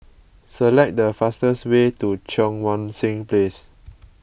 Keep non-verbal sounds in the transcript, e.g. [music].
select the fastest way to Cheang Wan Seng Place [noise]